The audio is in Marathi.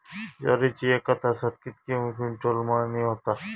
ज्वारीची एका तासात कितके क्विंटल मळणी होता?